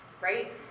right